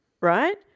right